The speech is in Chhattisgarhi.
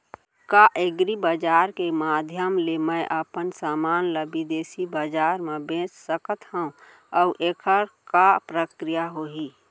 का एग्रीबजार के माधयम ले मैं अपन समान ला बिदेसी बजार मा बेच सकत हव अऊ एखर का प्रक्रिया होही?